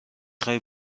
خوای